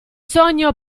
sogno